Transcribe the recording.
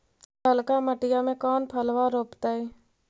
ललका मटीया मे कोन फलबा रोपयतय?